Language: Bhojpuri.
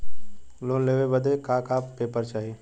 लोन लेवे बदे का का पेपर चाही?